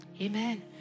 Amen